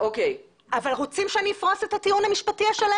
אבל רוצים שאני אפרוס את הטיעון המשפטי השלם